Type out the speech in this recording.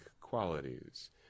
qualities